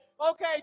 Okay